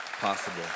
possible